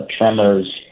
tremors